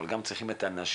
אבל גם צריכים את האנשים